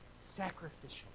sacrificial